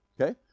Okay